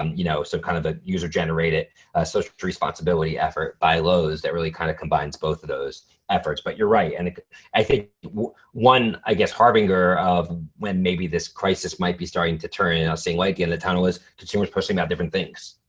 um you know so kind of the user-generated social responsibility effort by lowe's that really kind of combines both of those efforts. but you're right. and i think one, i guess harbinger of when maybe this crisis might be starting to turn and i'll see light at the end of the tunnel is consumers personally about different things.